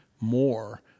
more